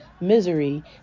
misery